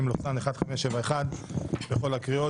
מ/1571 בכל הקריאות.